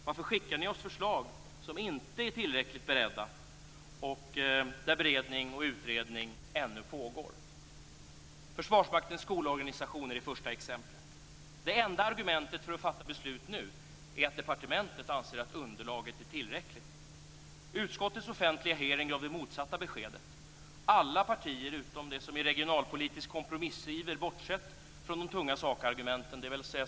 Varför skickar ni oss förslag som inte är tillräckligt beredda och där utredning och beredning ännu pågår? Försvarsmaktens skolorganisation är det första exemplet. Det enda argumentet för att fatta beslut nu är att departementet anser att underlaget är tillräckligt. Utskottets offentliga hearing gav det motsatta beskedet. Alla partier, utom de som i regionalpolitisk kompromissiver bortsett från de tunga sakargumenten, dvs.